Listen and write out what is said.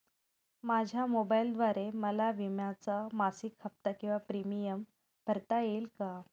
माझ्या मोबाईलद्वारे मला विम्याचा मासिक हफ्ता किंवा प्रीमियम भरता येईल का?